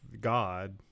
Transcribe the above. God